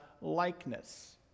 likeness